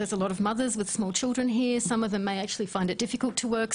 יש אימהות עם ילדים קטנים פה, חלקן יתקשו לעבוד.